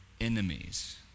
enemies